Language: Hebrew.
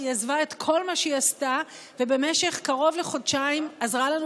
היא עזבה את כל מה שהיא עשתה ובמשך קרוב לחודשיים עזרה לנו